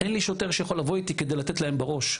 אין לי שוטר שיכול לבוא איתי כדי לתת להם בראש,